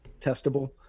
testable